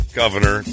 governor